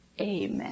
amen